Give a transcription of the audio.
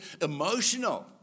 emotional